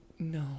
No